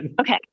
Okay